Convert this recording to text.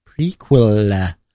Prequel